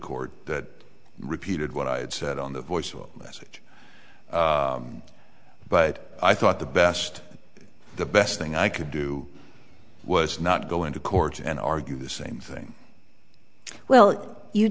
court that repeated what i had said on the voicemail message but i thought the best the best thing i could do was not go into court and argue the same thing well you